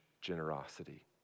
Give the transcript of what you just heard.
generosity